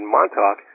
Montauk